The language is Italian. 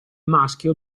maschio